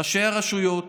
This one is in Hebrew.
ראשי הרשויות